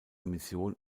mission